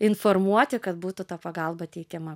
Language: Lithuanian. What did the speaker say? informuoti kad būtų ta pagalba teikiama